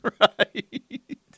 Right